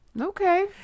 Okay